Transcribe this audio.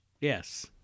Yes